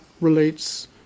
relates